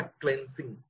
cleansing